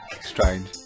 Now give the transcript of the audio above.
Strange